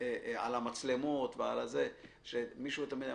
על המצלמות, שמישהו היה אומר,